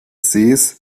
sees